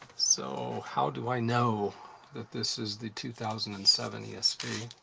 so how do i know that this is the two thousand and seven yeah esv?